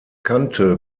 kante